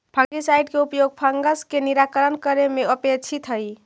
fungicide के उपयोग fungus के निराकरण करे में अपेक्षित हई